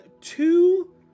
two